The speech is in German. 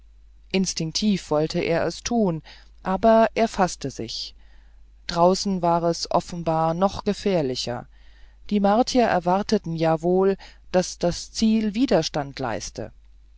instinktiv wollte er es tun aber er faßte sich draußen war es offenbar noch gefährlicher die martier erwarteten ja wohl daß das ziel widerstand leiste